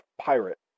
pirate